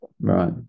right